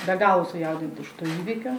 be galo sujaudinti šitų įvykių